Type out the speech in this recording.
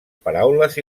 paraules